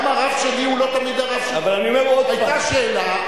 גם הרב שלי הוא לא תמיד הרב --- היתה שאלה,